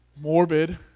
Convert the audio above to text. morbid